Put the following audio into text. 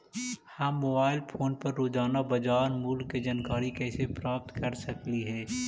हम mobile phone पर रोजाना बाजार मूल्य के जानकारी कैसे प्राप्त कर सकली हे?